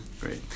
Great